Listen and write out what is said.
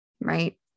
right